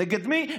נגד מי?